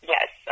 Yes